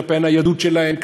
כלפי הניידות שלהם,